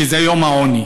שזה יום המאבק בעוני,